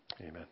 amen